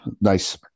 nice